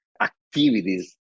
activities